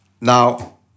Now